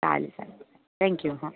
चालेल चालेल थँक्यू